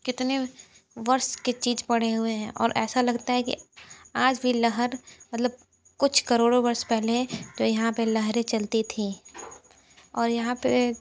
कितने वर्ष की चीज़ पड़े हुए हैं और ऐसा लगता है कि आज भी लहर मतलब कुछ करोड़ो वर्ष पहले जो यहाँ पे लहरें चलती थीं और यहाँ पे